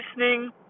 listening